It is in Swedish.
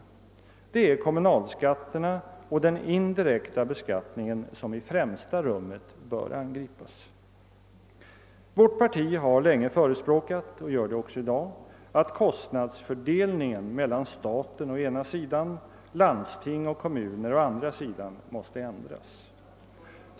Det är kommunalskatterna och den indirekta skatten som i främsta rummet bör angripas. Vårt parti har länge förespråkat — och gör det också i dag — att kostnadsfördelningen mellan staten å ena sidan och landsting och kommuner å andra sidan måste ändras.